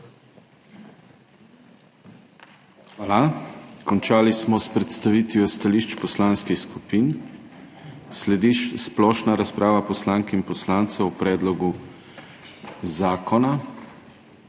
Hvala. Končali smo s predstavitvijo stališč poslanskih skupin. Sledi splošna razprava poslank in poslancev o predlogu zakona.